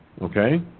Okay